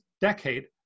decade